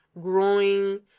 growing